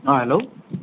অঁ হেল্ল'